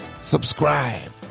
subscribe